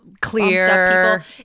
clear